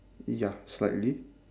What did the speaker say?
ya slightly